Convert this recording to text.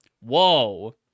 Whoa